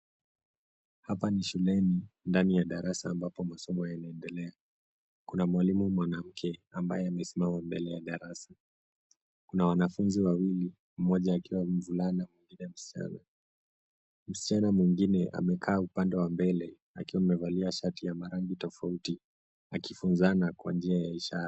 Hapa ni shueni ndani ya darasa, ambapo masomo yanaendelea. Kuna mwalimu mwanamke, ambaye amesimama mbele ya darasa. Kuna wanafunzi wawili, mmoja akiwa mvulana mwingine msichana. Msichana mwingine amekaa upande wa mbele, akiwa amevalia shati ya marangi tofauti, akifunzana kwa njia ya ishara.